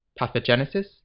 pathogenesis